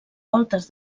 voltes